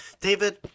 David